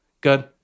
Good